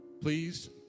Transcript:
Please